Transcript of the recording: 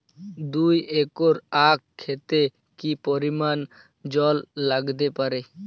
দুই একর আক ক্ষেতে কি পরিমান জল লাগতে পারে?